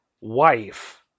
wife